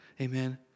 Amen